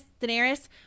Daenerys